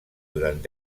durant